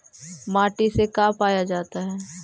माटी से का पाया जाता है?